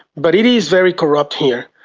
but it is very corrupt here.